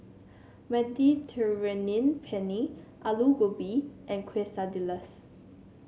Mediterranean Penne Alu Gobi and Quesadillas